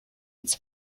its